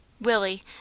Willie